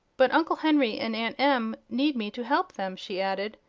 but uncle henry and aunt em need me to help them, she added,